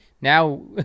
now